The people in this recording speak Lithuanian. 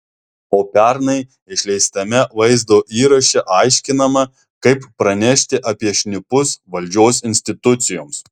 o pernai išleistame vaizdo įraše aiškinama kaip pranešti apie šnipus valdžios institucijoms